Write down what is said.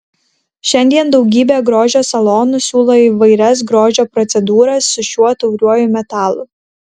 šiandien daugybė grožio salonų siūlo įvairias grožio procedūras su šiuo tauriuoju metalu